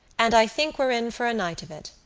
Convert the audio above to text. and i think we're in for a night of it.